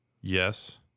Yes